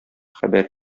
хәбәр